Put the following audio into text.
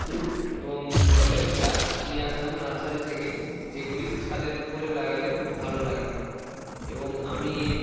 ফুল এবং ফলের গাছ নিয়ে আসতাম নার্সারি থেকে যেগুলি ছাদের উপরে লাগালে খুব ভালো লাগে এবং আমি